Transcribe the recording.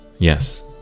Yes